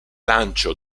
lancio